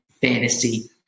fantasy